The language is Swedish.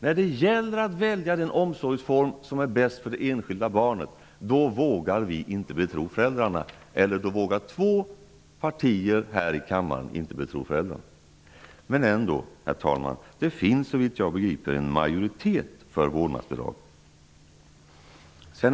När det gäller att välja den omsorgsform som är bäst för det enskilda barnet vågar två partier här i kammaren inte betro föräldrarna. Men det finns ändå såvitt jag begriper en majoritet för vårdnadsbidrag, herr talman!